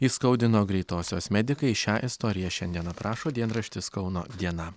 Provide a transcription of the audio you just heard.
įskaudino greitosios medikai šią istoriją šiandien aprašo dienraštis kauno diena